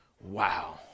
Wow